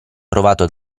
provato